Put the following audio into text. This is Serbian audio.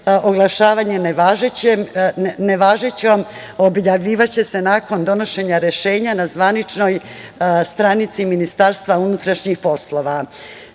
oglašavanje nevažećom, objavljivaće se nakon donošenja rešenja na zvaničnoj stranici Ministarstva unutrašnjih poslova. Ne